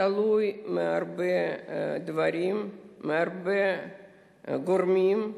תלוי בהרבה דברים ובהרבה גורמים.